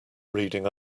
reading